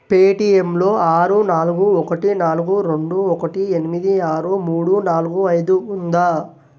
పేటీఎంలో ఆరు నాలుగు ఒకటి నాలుగు రెండు ఒకటి ఎనిమిది ఆరు మూడు నాలుగు ఐదు ఉందా